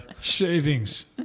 shavings